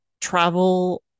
travel